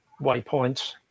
waypoints